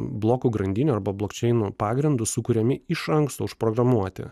blokų grandinių arba blokčeimų pagrindu sukuriami iš anksto užprogramuoti